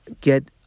get